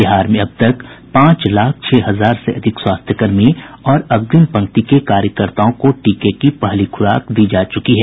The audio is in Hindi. बिहार में अब तक पांच लाख छह हजार से अधिक स्वास्थ्य कर्मी और अग्रिम पंक्ति के कार्यकर्ताओं को टीके की पहली खुराक दी जा चुकी है